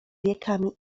wiekami